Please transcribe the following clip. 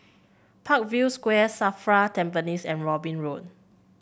Parkview Square Safra Tampines and Robin Road